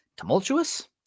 tumultuous